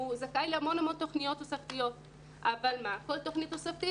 הוא זכאי להמון תוכניות תוספתיות אבל כל תוכנית תוספתית,